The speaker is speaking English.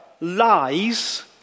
lies